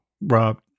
rob